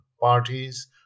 Parties